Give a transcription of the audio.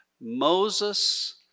Moses